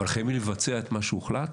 אבל חייבים לבצע את מה שהוחלט